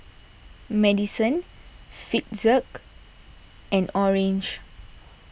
Madison Fitzhugh and Orange